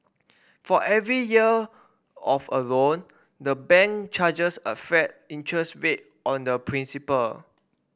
for every year of a loan the bank charges a flat interest rate on the principal